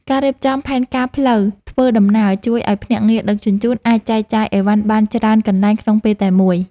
ការរៀបចំផែនការផ្លូវធ្វើដំណើរជួយឱ្យភ្នាក់ងារដឹកជញ្ជូនអាចចែកចាយអីវ៉ាន់បានច្រើនកន្លែងក្នុងពេលតែមួយ។